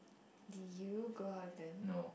did you go out with them